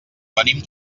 venim